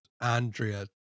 Andrea